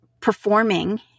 performing